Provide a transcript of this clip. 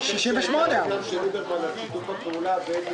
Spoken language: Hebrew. אני חושב שטענותיו של ליברמן על שיתוף הפעולה בין